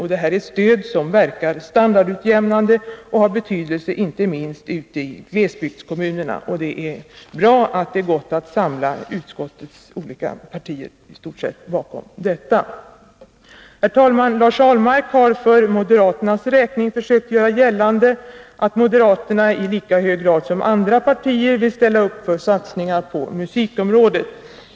Det är ett stöd som verkar standardutjämnande och har betydelse inte minst ute i glesbygdskommunerna. Det är bra att det gått att få uppslutning för detta i utskottet. Herr talman! Lars Ahlmark har för moderaternas räkning försökt göra gällande att moderaterna i lika hög grad som andra partier vill ställa upp för satsningar på musikområdet.